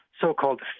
so-called